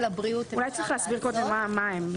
אולי צריך להסביר קודם מהם.